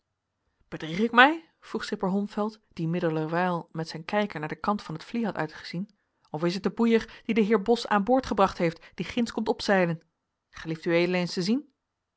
ik mij vroeg schipper holmfeld die middelerwijl met zijn kijker naar den kant van het vlie had uitgezien of is het de boeier die den heer bos aan boord gebracht heeft die ginds komt opzeilen gelieft ued eens te zien